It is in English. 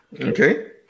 Okay